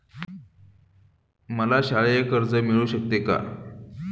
मला शालेय कर्ज मिळू शकते का?